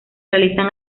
realizan